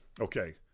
Okay